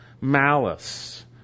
malice